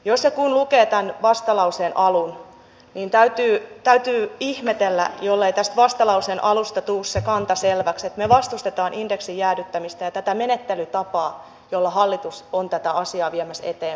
jos ja kun lukee tämän vastalauseen alun niin täytyy ihmetellä jollei tästä vastalauseen alusta tule se kanta selväksi että me vastustamme indeksin jäädyttämistä ja tätä menettelytapaa jolla hallitus on tätä asiaa viemässä eteenpäin